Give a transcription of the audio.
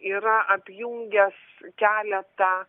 yra apjungęs keletą